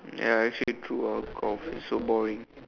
ya actually true ah I would feel so boring